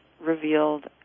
revealed